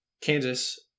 Kansas